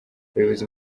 abayobozi